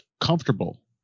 comfortable